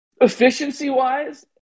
Efficiency-wise